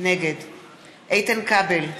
נגד איתן כבל,